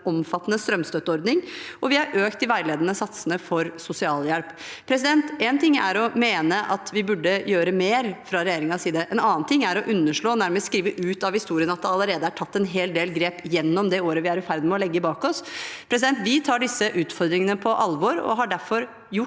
omfattende strømstøtteordning, og vi har økt de veiledende satsene for sosialhjelp. Én ting er å mene at vi burde gjøre mer fra regjeringens side, en annen ting er å underslå og nærmest skrive ut av historien at det allerede er tatt en hel del grep gjennom det året vi er i ferd med å legge bak oss. Vi tar disse utfordringene på alvor og har derfor tatt